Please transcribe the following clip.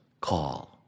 call